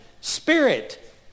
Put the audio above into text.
spirit